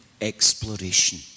exploration